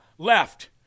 left